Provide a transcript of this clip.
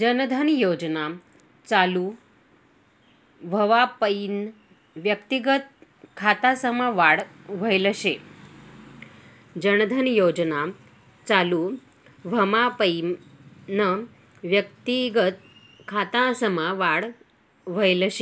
जन धन योजना चालू व्हवापईन व्यक्तिगत खातासमा वाढ व्हयल